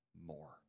more